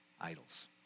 idols